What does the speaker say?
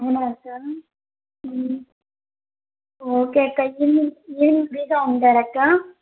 అవునా సరే ఓకే అక్క ఇప్పుడు మీరు ఫ్రీగా ఉంటారా అక్క